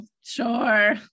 Sure